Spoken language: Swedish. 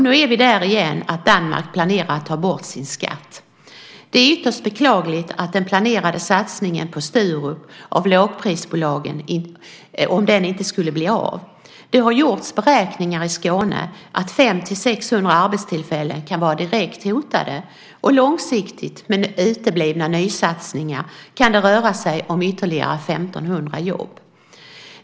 Nu är vi återigen i läget att Danmark planerar att ta bort sin skatt. Det är ytterst beklagligt om lågprisbolagens planerade satsning på Sturup inte skulle bli av. Det har gjorts beräkningar i Skåne. 500-600 arbetstillfällen kan vara direkt hotade. Långsiktigt, med uteblivna nysatsningar, kan det röra sig om ytterligare 1 500 jobb.